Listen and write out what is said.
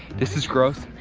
this is gross.